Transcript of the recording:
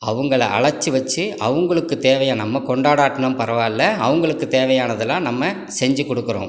அவங்கள அழச்சி வெச்சு அவங்களுக்கு தேவையான நம்ம கொண்டாடாட்னம் பரவாயில்ல அவங்களுக்கு தேவையானதைலாம் நம்ம செஞ்சு கொடுக்குறோம்